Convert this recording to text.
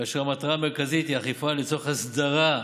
כאשר המטרה המרכזית היא אכיפה לצורך הסדרה חוקית,